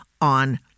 on